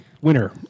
winner